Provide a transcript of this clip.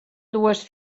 dues